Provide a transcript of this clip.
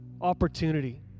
opportunity